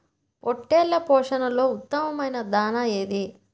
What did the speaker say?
పొట్టెళ్ల పోషణలో ఉత్తమమైన దాణా ఏది?